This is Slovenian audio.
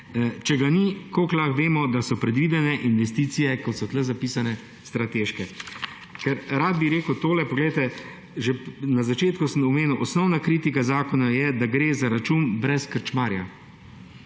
Če ga ni, kako lahko vemo, da so predvidene investicije, kot so tule zapisane, strateške? Ker rad bi rekel tole, že na začetku sem omenil, osnovna kritika zakona je, da gre za račun brez krčmarja.